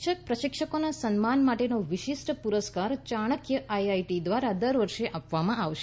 શિક્ષક પ્રશિક્ષકોના સન્માન માટેનો વિશિષ્ટ પુરસ્કાર ચાણક્ય આઈઆઈટીઈ દ્વારા દર વર્ષે આપવામાં આવશે